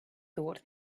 thought